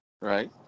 right